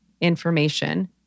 information